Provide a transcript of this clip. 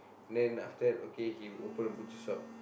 and then after that okay he open a butcher shop